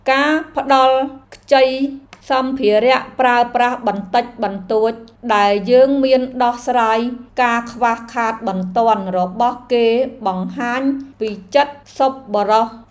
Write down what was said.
ការផ្តល់ខ្ចីសម្ភារៈប្រើប្រាស់បន្តិចបន្តួចដែលយើងមានដោះស្រាយការខ្វះខាតបន្ទាន់របស់គេបង្ហាញពីចិត្តសប្បុរស។